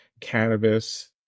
cannabis